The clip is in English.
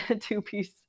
two-piece